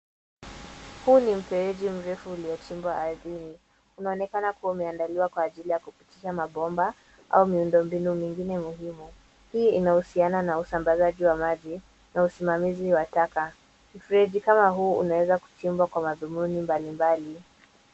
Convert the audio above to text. Huu ni mfereji mrefu uliochimbwa ardhini. Unaonekana kuwa umeandaliwa kwa ajili ya kupitisha mabomba au miundo mbinu mingine muhimu. Hii inahusiana na usambazaji wa maji na usimamizi wa taka. Mfereji kama huu unaeza kuchimbwa kwa mathumuni mbalimbali.